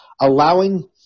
allowing